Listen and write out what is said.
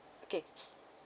okay